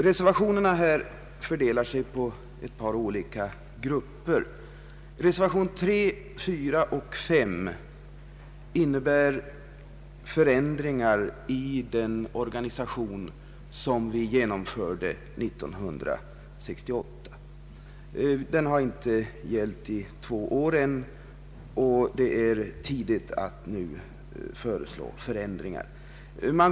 Reservationerna 3, 4 och 5 innebär förändringar i den organisation som vi genomförde 1968. Den har ännu inte gällt i två år, och det är för tidigt att nu göra förändringar.